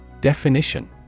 Definition